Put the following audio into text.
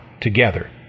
together